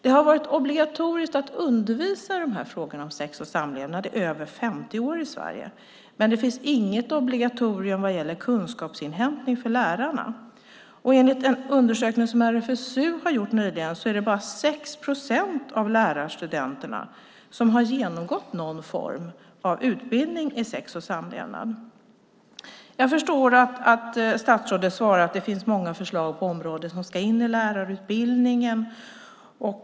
Det har varit obligatoriskt att undervisa i frågorna om sex och samlevnad i över 50 år i Sverige, men det finns inget obligatorium vad gäller kunskapsinhämtning för lärarna. Enligt en undersökning som RFSU har gjort nyligen är det bara 6 procent av lärarstudenterna som har genomgått någon form av utbildning i sex och samlevnad. Jag förstår att statsrådet svarar att det finns många förslag på området som ska in i lärarutbildningen.